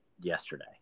yesterday